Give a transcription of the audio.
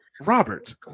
Robert